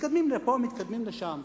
מתקדמים לפה ומתקדמים לשם.